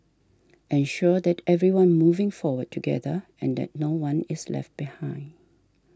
ensure that everyone moving forward together and that no one is left behind